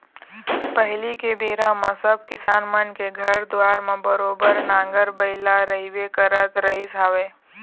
पहिली के बेरा म सब किसान मन के घर दुवार म बरोबर नांगर बइला रहिबे करत रहिस हवय